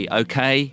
okay